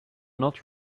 not